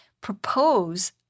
propose